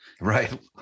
Right